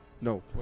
No